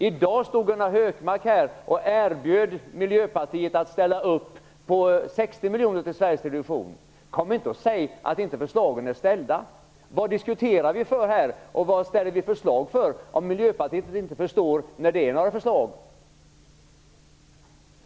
I dag stod Gunnar Hökmark här och erbjöd Miljöpartiet att ställa upp på Kom inte och säg att förslagen inte har ställts. Varför diskuterar vi här och varför lägger vi fram förslag om Miljöpartiet inte förstår när det föreligger förslag?